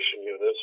units